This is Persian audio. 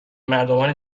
مردمان